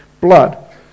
blood